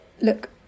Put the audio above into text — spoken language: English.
Look